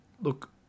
look